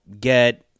get